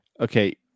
Okay